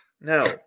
No